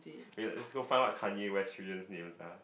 let's go find what Kanye West children names are